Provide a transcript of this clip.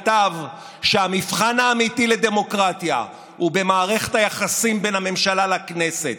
כתב שהמבחן האמיתי לדמוקרטיה הוא במערכת היחסים בין הממשלה לכנסת,